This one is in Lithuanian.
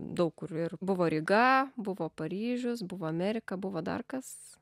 daug kur ir buvo ryga buvo paryžius buvo amerika buvo dar kas